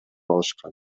алышкан